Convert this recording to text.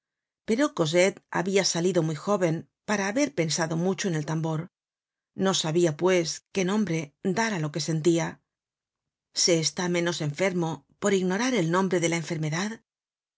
pero cosette habia salido muy jóven para haber pensado muchecn el tambor no sabia pues qué nombre dar á lo que sentia se está menos enfermo por ignorar el nombre de te enfermedad